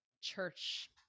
church